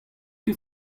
ket